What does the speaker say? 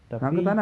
tapi